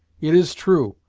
it is true,